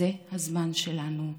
זה הזמן שלנו.